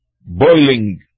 boiling